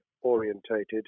orientated